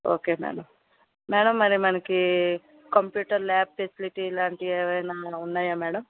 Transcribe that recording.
ఒకే madam madam మరి మనకి computer lab facility ఇలాంటివి ఏమైనా ఉన్నాయా మేడం